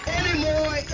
anymore